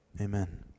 amen